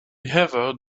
ever